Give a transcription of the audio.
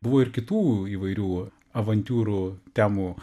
buvo ir kitų įvairių avantiūrų temų